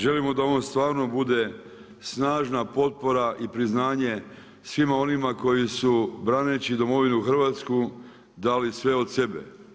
Želimo da on stvarno bude snažna potpora i priznanje svima onima koji su braneći Domovinu Hrvatsku dali sve od sebe.